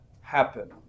happen